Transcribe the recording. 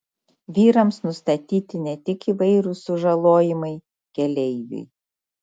vyrams nustatyti ne tik įvairūs sužalojimai keleiviui